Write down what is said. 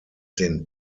den